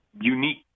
unique